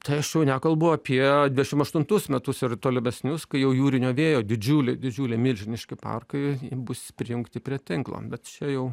tai aš jau nekalbu apie dvidešim aštuntus metus ir tolimesnius kai jau jūrinio vėjo didžiuli didžiulė milžiniški parkai bus prijungti prie tinklo bet čia jau